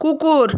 কুকুর